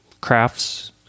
crafts